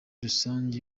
rusange